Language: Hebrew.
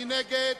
מי נגד?